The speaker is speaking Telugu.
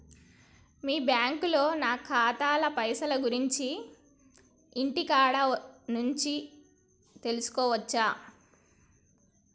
మీ బ్యాంకులో నా ఖాతాల పైసల గురించి ఇంటికాడ నుంచే తెలుసుకోవచ్చా?